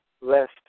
less